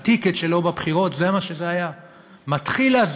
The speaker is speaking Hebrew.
ה"טיקט" שלו בבחירות,